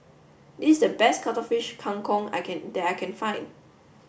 this is the best Cuttlefish Kang Kong I can that I can find